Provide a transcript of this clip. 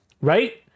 right